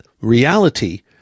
reality